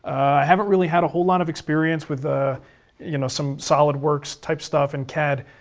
i haven't really had a whole lot of experience with ah you know some solidworks type stuff and cad,